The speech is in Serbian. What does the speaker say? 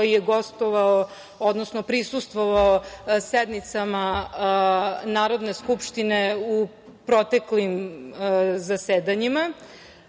prisustvovao sednicama Narodne skupštine u proteklim zasedanjima. Ono